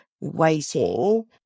waiting